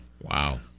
Wow